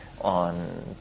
on